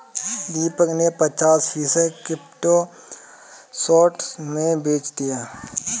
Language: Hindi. दीपक ने पचास फीसद क्रिप्टो शॉर्ट में बेच दिया